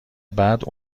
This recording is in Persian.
بعد